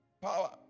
Power